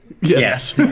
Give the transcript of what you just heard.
Yes